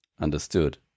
Understood